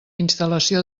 instal·lació